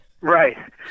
Right